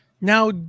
now